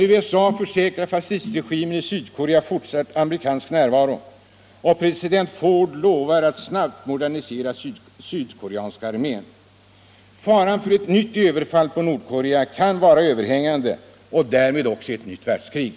USA försäkrar fascistregimen i Sydkorea fortsatt amerikansk närvaro, och president Ford lovar att snabbt modernisera den sydkoreanska armén. Faran för ett nytt överfall på Nordkorea — och därmed för ett nytt världskrig — kan vara överhängande.